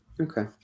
Okay